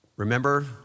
Remember